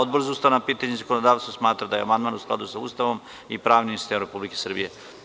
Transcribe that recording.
Odbor za ustavna pitanja i zakonodavstvo smatra da amandman u skladu sa Ustavom i pravnim sistemom Republike Srbije.